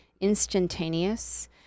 instantaneous